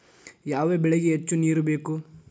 ಯಾವ ಬೆಳಿಗೆ ಹೆಚ್ಚು ನೇರು ಬೇಕು?